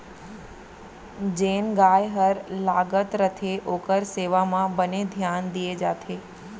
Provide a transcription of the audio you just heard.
जेन गाय हर लागत रथे ओकर सेवा म बने धियान दिये जाथे